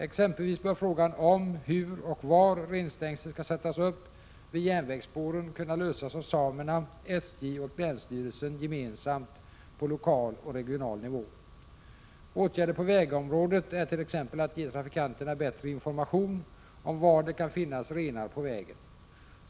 Exempelvis bör frågan om, hur och var renstängsel skall sättas upp vid järnvägsspåren kunna lösas av samerna, SJ och länsstyrelsen gemensamt på lokal och regional nivå. Åtgärder på vägområdet är t.ex. att ge trafikanterna bättre information om var det kan finnas renar på vägen.